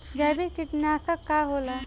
जैविक कीटनाशक का होला?